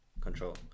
control